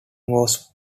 was